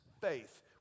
faith